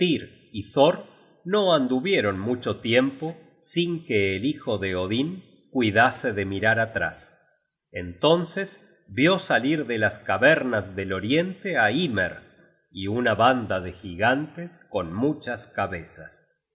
no anduvieron mucho tiempo sin que el hijo de odin cuidase de mirar atrás entonces vió salir de las cavernas del oriente á hymer y una banda de gigantes con muchas cabezas y